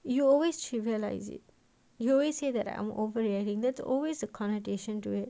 you will always trivialise it you always say that I'm overreacting that's always a connotation to it